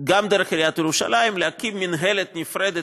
גם דרך עיריית ירושלים: להקים מינהלת נפרדת